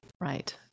Right